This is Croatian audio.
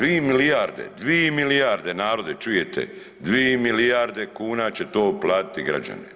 2 milijarde, 2 milijarde, narode, čujete, 2 milijarde kuna će to platiti građani.